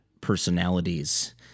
personalities